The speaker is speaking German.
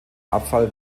abfall